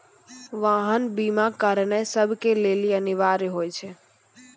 वाहन बीमा करानाय सभ के लेली अनिवार्य होय छै